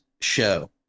show